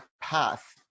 path